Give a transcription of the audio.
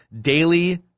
daily